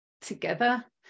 together